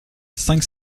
cinq